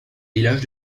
villages